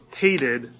hated